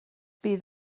bydd